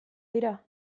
dira